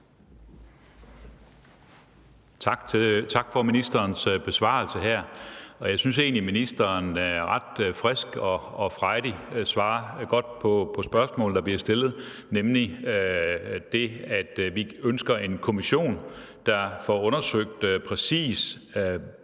Tak for ministerens besvarelse her. Jeg synes egentlig, at ministeren ret frisk og frejdigt svarer godt på de spørgsmål, der bliver stillet, nemlig vedrørende det, at vi ønsker en kommission, der får undersøgt, præcis